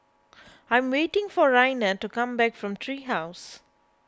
I'm waiting for Raina to come back from Tree House